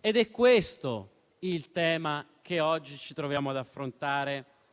Ed è questo il tema che oggi ci troviamo ad affrontare